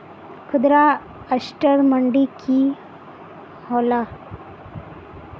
खुदरा असटर मंडी की होला?